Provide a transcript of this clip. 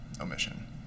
omission